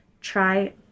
Try